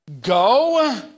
Go